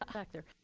um back there.